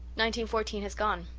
nineteen-fourteen has gone,